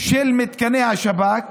של מתקני השב"כ,